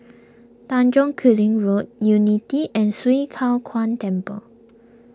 Tanjong Kling Road Unity and Swee Kow Kuan Temple